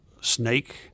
snake